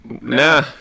Nah